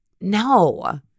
no